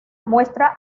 muestra